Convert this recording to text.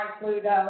Pluto